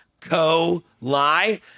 co-lie